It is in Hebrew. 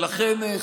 ולכן,